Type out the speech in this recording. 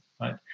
right